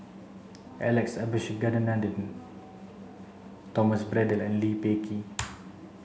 Alex Abisheganaden Thomas Braddell and Lee Peh Gee